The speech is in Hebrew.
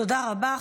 תודה רבה.